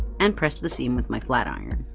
and press the seam with my flat iron.